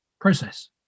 process